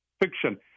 Fiction